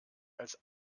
als